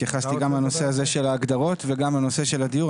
התייחסתי גם לנושא של ההגדרות וגם הנושא של הדיור.